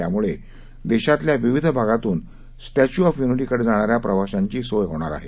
यामुळे देशातल्या विविध भागातून स्टॅच्यू ऑफ युनिटी कडे जाणाऱ्या प्रवाशांची सोय होणार आहे